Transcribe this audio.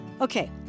Okay